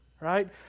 Right